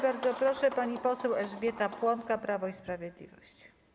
Bardzo proszę, pani poseł Elżbieta Płonka, Prawo i Sprawiedliwość.